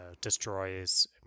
destroys